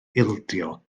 ildio